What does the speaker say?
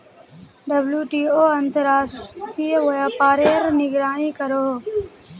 WTO अंतर्राश्त्रिये व्यापारेर निगरानी करोहो